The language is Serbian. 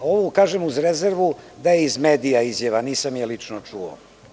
Ovo kažem uz rezervu da je iz medija izjava, nisam je lično čuo.